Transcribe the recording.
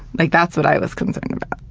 like that's what i was concerned about.